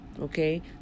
Okay